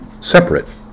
separate